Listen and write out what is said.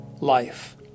life